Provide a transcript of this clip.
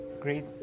great